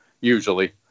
usually